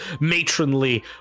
matronly